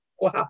Wow